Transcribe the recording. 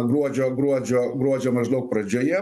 gruodžio gruodžio gruodžio maždaug pradžioje